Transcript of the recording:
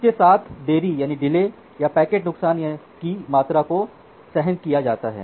इसके साथ देरी या पैकेट के नुकसान की मात्रा को सहन किया जा सकता है